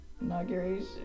inauguration